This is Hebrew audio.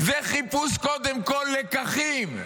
זה קודם כול חיפוש לקחים,